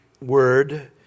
word